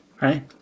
Right